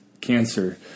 cancer